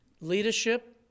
leadership